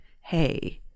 hey